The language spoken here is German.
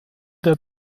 der